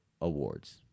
awards